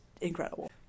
incredible